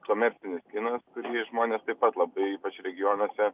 komercinis kinas kurį žmonės taip pat labai ypač regionuose